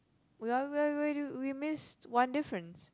we're we're where do we missed one difference